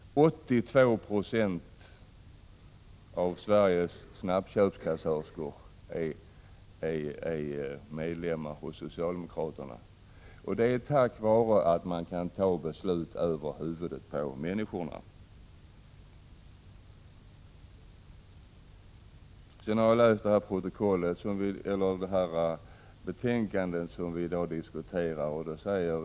82 20 av Sveriges snabbköpskassörskor är medlemmar hos socialdemokraterna. Detta beror på att man kan fatta beslut över huvudet på dessa människor. Jag har läst det betänkande som vi i dag diskuterar.